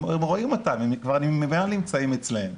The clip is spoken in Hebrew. הם רואים אותם, הם כבר ממילא נמצאים אצלם.